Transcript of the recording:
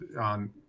on